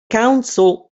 council